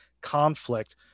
conflict